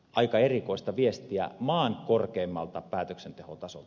aika erikoista viestiä maan korkeimmalta päätöksentekotasolta